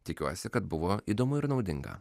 tikiuosi kad buvo įdomu ir naudinga